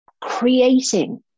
creating